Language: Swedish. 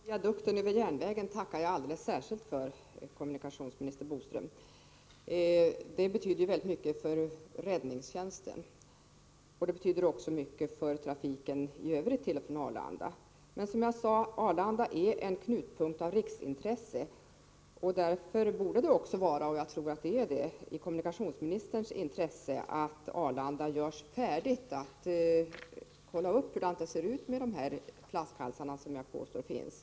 Herr talman! Jag tackar kommunikationsminister Boström alldeles särskilt för beskedet om viadukten över järnvägen. Det betyder väldigt mycket för räddningstjänsten och för trafiken i övrigt till och från Arlanda. Men Arlanda är, som jag sade, en knutpunkt av riksintresse, och det borde därför vara i kommunikationsministerns intresse — och det tror jag också att det är—att Arlanda görs färdigt och att man undersöker hur det ligger till med de flaskhalsar i trafiksystemet som jag påstår finns.